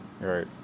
Right